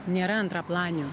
nėra antraplanių